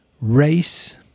race